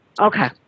Okay